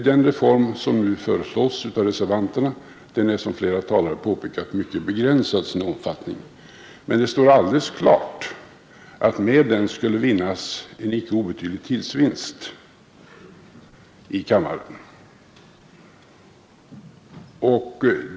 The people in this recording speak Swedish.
Den reform som nu föresl påpekat, mycket begränsad till sin omfattning, men det står alldeles klart att med den skulle vinnas en icke obetydlig tidsbesparing i kammaren.